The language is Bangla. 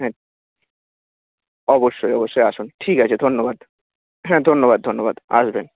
হুম অবশ্যই অবশ্যই আসুন ঠিক আছে ধন্যবাদ হ্যাঁ ধন্যবাদ ধন্যবাদ আসবেন